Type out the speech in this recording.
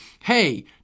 Hey